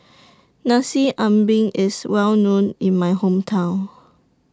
Nasi Ambeng IS Well known in My Hometown